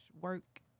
work